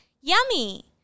Yummy